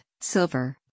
silver